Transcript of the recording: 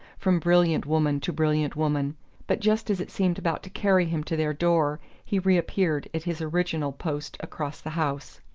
from brilliant woman to brilliant woman but just as it seemed about to carry him to their door he reappeared at his original post across the house.